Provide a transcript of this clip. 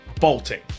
Bolting